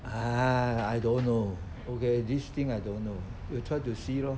ah I don't know okay this thing I don't know you try to see lor